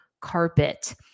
carpet